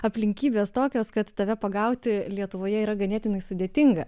aplinkybės tokios kad tave pagauti lietuvoje yra ganėtinai sudėtinga